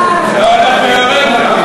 תתבייש לך,